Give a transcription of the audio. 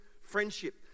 friendship